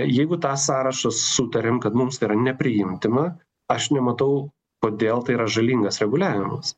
jeigu tą sąrašą sutarėm kad mums tai yra nepriimtina aš nematau kodėl tai yra žalingas reguliavimas